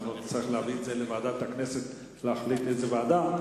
אנחנו נצטרך להביא את זה לוועדת הכנסת כדי שתחליט איזו ועדה,